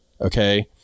Okay